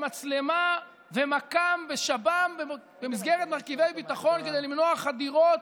מצלמה ומכ"מ ושב"ם במסגרת מרכיבי ביטחון כדי למנוע חדירות